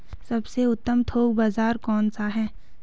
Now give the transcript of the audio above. सबसे उत्तम थोक बाज़ार कौन सा है?